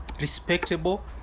respectable